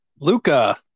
Luca